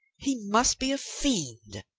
he must be a fiend.